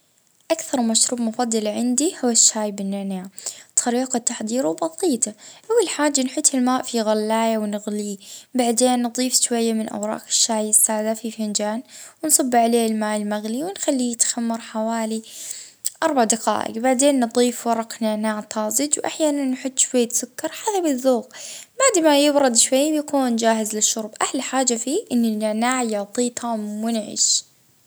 جهوة تركية اه هي مشروبي المفضل نحط ملعقة اه جهوة في بكرج مع شوية سكر اه نزيد عليهم المية ونخليها تطبخ على نار هادية حتى تتكون الرغوة.